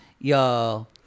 y'all